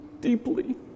deeply